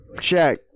check